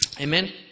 Amen